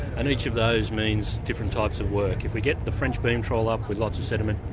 and each of those means different types of work. if we get the french beam trawl up with lots of sediment,